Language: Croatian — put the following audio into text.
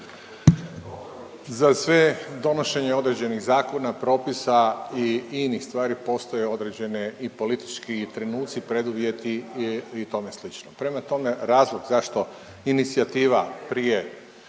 Za sve donošenje određenih zakona, propisa i inih stvari postoje određene i politički trenuci i preduvjeti i tome slično, prema tome razlog zašto inicijativa prije